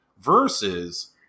versus